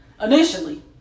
initially